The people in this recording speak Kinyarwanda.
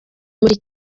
muri